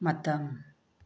ꯃꯇꯝ